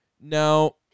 now